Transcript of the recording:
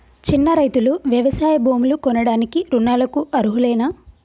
చిన్న రైతులు వ్యవసాయ భూములు కొనడానికి రుణాలకు అర్హులేనా?